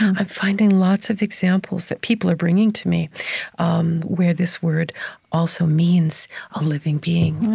i'm finding lots of examples that people are bringing to me um where this word also means a living being